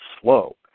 slow